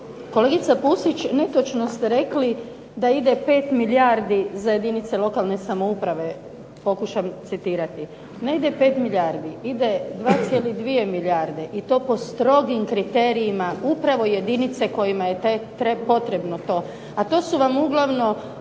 Kolegice Pusić, netočno ste rekli da ide 5 milijardi za jedinice lokalne samouprave, pokušam citirati. Ne ide 5 milijardi, ide 2,2 milijarde i to po strogim kriterijima upravo jedinice kojima je potrebno to, a to su vam uglavnom